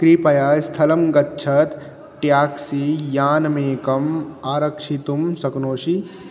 कृपया स्थलं गच्छत् ट्याक्सी यानमेकम् आरक्षितुं शक्नोषि